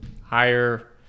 higher